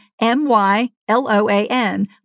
M-Y-L-O-A-N